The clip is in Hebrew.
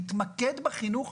להתמקד בחינוך,